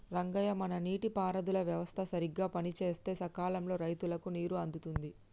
రంగయ్య మన నీటి పారుదల వ్యవస్థ సరిగ్గా పనిసేస్తే సకాలంలో రైతులకు నీరు అందుతుంది